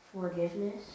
Forgiveness